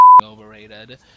overrated